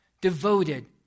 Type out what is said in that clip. devoted